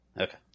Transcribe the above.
Okay